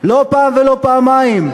לא פעם ולא פעמיים.